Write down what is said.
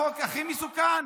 עבר החוק הכי מסוכן